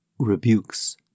rebukes